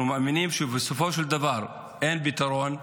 אנחנו מאמינים שבסופו של דבר אין פתרון,